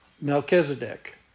Melchizedek